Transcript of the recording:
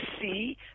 see